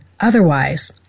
Otherwise